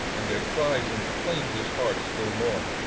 and their cries inflamed his heart still more.